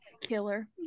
killer